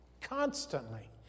constantly